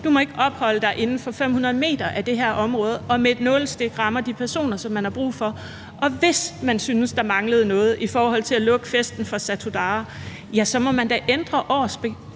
Du må ikke opholde dig inden for 500 m af det her område? Så kunne man med et nålestik ramme de personer, som man har brug for at ramme. Og hvis man synes, der mangler noget i forhold til at lukke festen for Satudarah, må man da ændre ordensbekendtgørelsen,